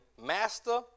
master